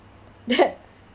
that